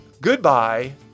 goodbye